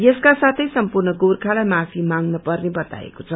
यसका साथै सम्पूर्ण गोर्खाहरूलाई माफी मांगन पर्ने वताएको छ